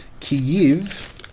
Kyiv